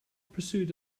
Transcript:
pursuit